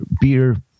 beer